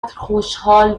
خوشحال